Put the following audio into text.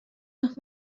noch